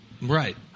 Right